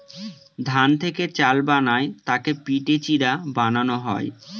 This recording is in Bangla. ধান থেকে চাল বানায় তাকে পিটে চিড়া বানানো হয়